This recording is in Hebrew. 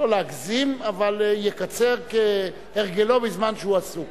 לא להגזים, אבל יקצר כהרגלו בזמן שהוא עסוק.